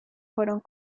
fueron